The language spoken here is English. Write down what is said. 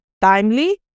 timely